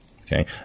Okay